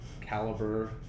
caliber